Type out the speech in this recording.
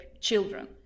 children